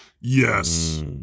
Yes